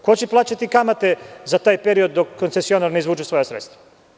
Ko će plaćati kamate za taj period dok koncesionar ne izvuče svoja sredstva?